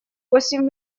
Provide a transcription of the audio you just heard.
восемь